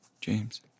James